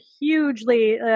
hugely